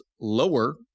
lower